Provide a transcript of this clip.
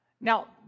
Now